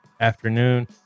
afternoon